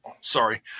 Sorry